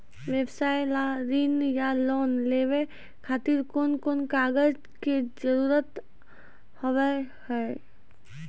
व्यवसाय ला ऋण या लोन लेवे खातिर कौन कौन कागज के जरूरत हाव हाय?